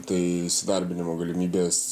tai įsidarbinimo galimybės